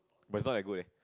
but it's not that good eh